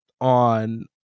on